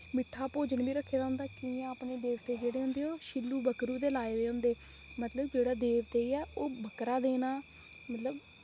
मिट्ठा भोजन बी रक्खे दा होंदा केइयें अपने देवते जेह्ड़े होंदे ओह् छिल्लू बकरु दे लाए दे होंदे मतलब जेह्ड़ा देवतें ही ऐ ओ्ह बकरा देना मतलब